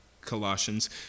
Colossians